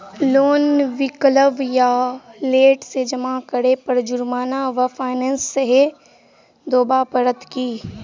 Loan विलंब वा late सँ जमा करै पर जुर्माना वा फाइन सेहो देबै पड़त की?